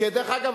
דרך אגב,